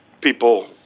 people